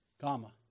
comma